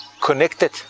connected